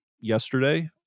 yesterday